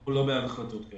אנחנו לא בעד החלטות כאלה.